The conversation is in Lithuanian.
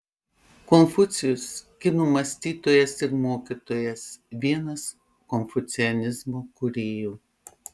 konfucijus kinų mąstytojas ir mokytojas vienas konfucianizmo kūrėjų